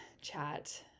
chat